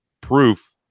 proof